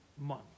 month